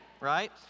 right